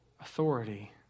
authority